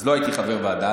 אז לא הייתי חבר ועדה,